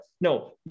no